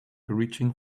reaching